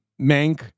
Mank